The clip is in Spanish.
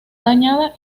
dañada